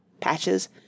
patches